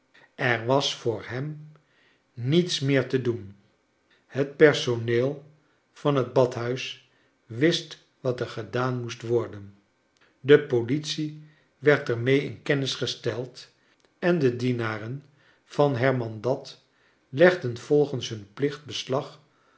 er was voor hem niets meer te doen het per s oneel van het badhuis wist wat er gedaan moest worden de politie werd er mee in kennis gesteld en de dienaren van hermandad legden volgens hun plicht beslag